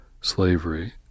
slavery